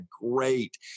great